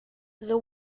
the